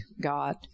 God